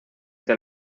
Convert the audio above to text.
tel